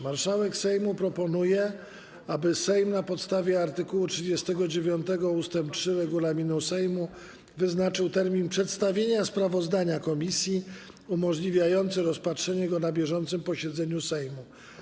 Marszałek Sejmu proponuje, aby Sejm, na podstawie art. 39 ust. 3 regulaminu Sejmu, wyznaczył termin przedstawienia sprawozdania komisji umożliwiający rozpatrzenie go na bieżącym posiedzeniu Sejmu.